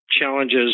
challenges